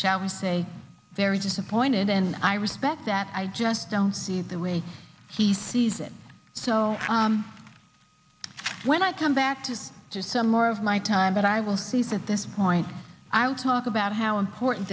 shall we say very disappointed and i respect that i just don't see the way he sees it so when i come back to just some more of my time but i will keep at this point i will talk about how important